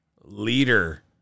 leader